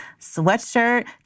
sweatshirt